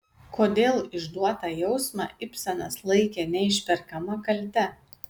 kodėl išduotą jausmą ibsenas laikė neišperkama kalte